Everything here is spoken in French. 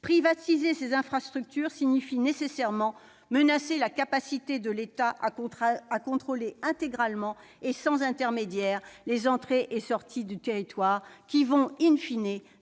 Privatiser ces infrastructures signifie nécessairement menacer la capacité de l'État à contrôler intégralement et sans intermédiaire les entrées et sorties du territoire, qui vont dépendre